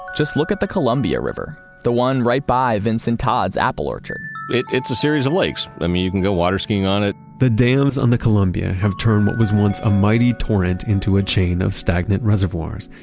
just look at the columbia river the one right by vince and todd's apple orchard. it's a series of lakes. i mean, you can go waterskiing on it. the dams on the columbia have turned what was once a mighty torrent, into a chain of stagnant reservoirs.